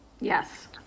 Yes